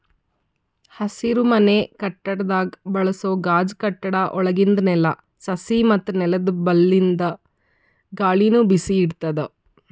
ಹಸಿರುಮನೆ ಕಟ್ಟಡದಾಗ್ ಬಳಸೋ ಗಾಜ್ ಕಟ್ಟಡ ಒಳಗಿಂದ್ ನೆಲ, ಸಸಿ ಮತ್ತ್ ನೆಲ್ದ ಬಲ್ಲಿಂದ್ ಗಾಳಿನು ಬಿಸಿ ಇಡ್ತದ್